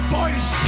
voice